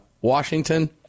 Washington